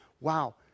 wow